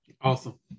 Awesome